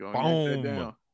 Boom